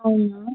అవునా